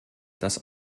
das